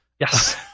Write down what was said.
Yes